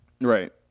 Right